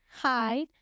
Hi